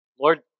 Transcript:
Lord